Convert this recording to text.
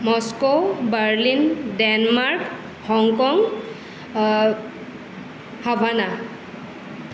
Moscow Berlin Denmark Hong Kong Havana